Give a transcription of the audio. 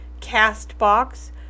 Castbox